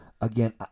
again